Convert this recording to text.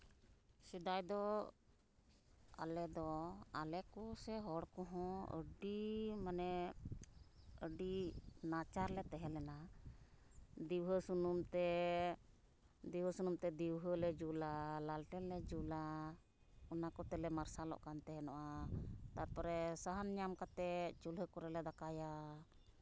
ᱥᱮᱫᱟᱭ ᱫᱚ ᱟᱞᱮ ᱫᱚ ᱟᱞᱮ ᱠᱚᱥᱮ ᱦᱚᱲ ᱠᱚᱦᱚᱸ ᱟᱹᱰᱤ ᱢᱟᱱᱮ ᱟᱹᱰᱤ ᱱᱟᱪᱟᱨᱞᱮ ᱛᱟᱦᱮᱸ ᱞᱮᱱᱟ ᱠᱟᱱᱟ ᱫᱤᱣᱦᱟᱹ ᱥᱩᱱᱩᱢ ᱛᱮ ᱰᱤᱵᱟᱹ ᱥᱩᱱᱩᱢ ᱛᱮ ᱫᱤᱣᱦᱟᱹᱞᱮ ᱡᱩᱞᱟ ᱨᱮᱝᱴᱷᱮᱝ ᱞᱮ ᱡᱩᱞᱟ ᱚᱱᱟ ᱠᱚᱛᱮᱞᱮ ᱢᱟᱨᱥᱟᱞᱚᱜ ᱛᱟᱦᱮᱸ ᱠᱟᱱᱟ ᱛᱟᱨᱯᱚᱨᱮ ᱥᱟᱦᱟᱱ ᱧᱟᱢ ᱠᱟᱛᱮᱫ ᱪᱩᱞᱦᱟᱹ ᱠᱚᱨᱮ ᱞᱮ ᱫᱟᱠᱟᱭᱟ